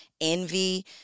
envy